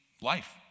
life